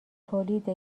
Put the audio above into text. تولید